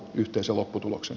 yhteisen lopputuloksen